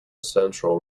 central